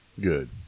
Good